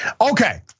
Okay